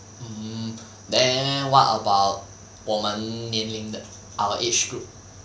hmm then what about 我们年龄的 our age group